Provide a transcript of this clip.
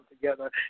together